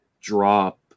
drop